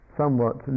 somewhat